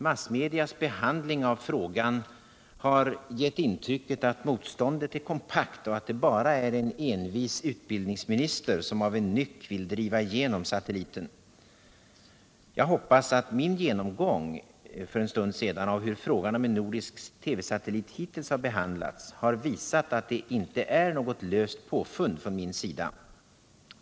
Massmedias behandling av frågan om nordisk TV-satellit har gett intrycket att motståndet är kompakt och att det enbart är en envis utbildningsminister som av en nyck vill driva igenom satelliten. Jag hoppas att min genomgång av hur frågan om en nordisk TV-satellit hittills behandlats tydligt har visat att detta inte är något löst påfund från min sida.